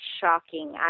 shocking